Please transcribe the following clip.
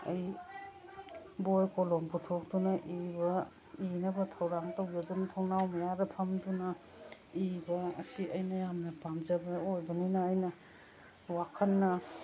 ꯑꯩ ꯕꯣꯏ ꯀꯣꯂꯣꯝ ꯄꯨꯊꯣꯛꯇꯨꯅ ꯏꯕ ꯏꯅꯕ ꯊꯧꯔꯥꯡ ꯇꯧꯖꯗꯨꯅ ꯊꯣꯡꯅꯥꯎ ꯃꯌꯥꯗ ꯐꯝꯗꯨꯅ ꯏꯕ ꯑꯁꯤ ꯑꯩꯅ ꯌꯥꯝꯅ ꯄꯥꯝꯖꯕ ꯑꯣꯏꯕꯅꯤꯅ ꯑꯩꯅ ꯋꯥꯈꯟꯅ